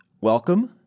Welcome